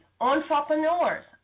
Entrepreneurs